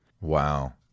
Wow